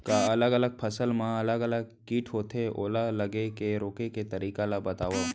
का अलग अलग फसल मा अलग अलग किट होथे, ओला लगे ले रोके के तरीका ला बतावव?